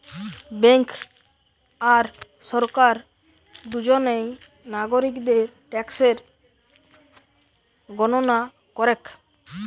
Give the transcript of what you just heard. bank আর সরকার দুজনেই নাগরিকদের ট্যাক্সের গণনা করেক